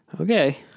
Okay